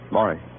Maury